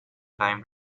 time